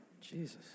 Jesus